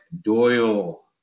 Doyle